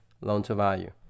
loan-to-value